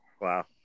Wow